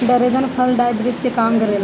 dragon फल diabetes के कम करेला